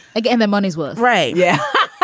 again, the money's worth, ray. yeah